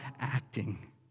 acting